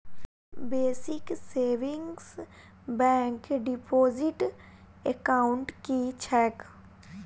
Basic savings bank deposit account की छैक?